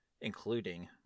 including